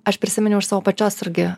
aš prisiminiau iš savo pačios irgi